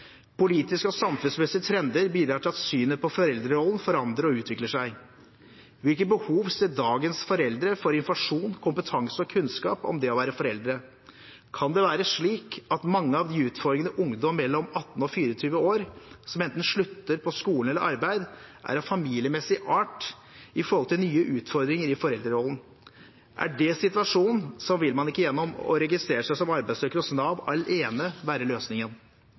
Politiske og samfunnsmessige trender bidrar til at synet på foreldrerollen forandrer og utvikler seg. Hvilke behov ser dagens foreldre for informasjon, kompetanse og kunnskap om det å være foreldre? Kan det være slik at mange av utfordringene for ungdom mellom 18 og 24 år som enten slutter på skolen eller i arbeidet, er av familiemessig art i forhold til nye utfordringer i foreldrerollen? Er det situasjonen, vil ikke det å registrere seg som arbeidssøker hos Nav alene være løsningen.